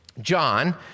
John